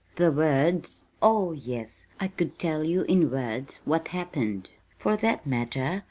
the words oh, yes, i could tell you in words what happened. for that matter,